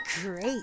Great